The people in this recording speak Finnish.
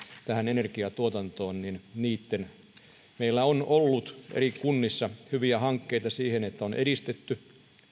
tähän energiantuotantoon ja meillä on ollut eri kunnissa hyviä hankkeita siihen että on edistetty